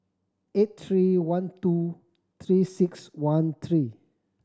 eight three one two Three Six One three